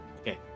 Okay